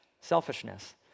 selfishness